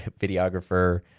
videographer